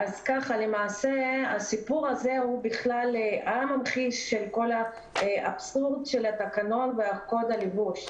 הסיפור הזה למעשה הוא הממחיש של כל האבסורד של התקנון וקוד הלבוש.